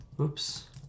Oops